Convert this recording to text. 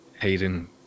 Hayden